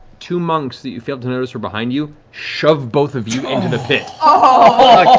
two monks that you failed to notice were behind you shove both of you into the pit. ah